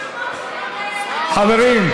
חברים,